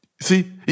See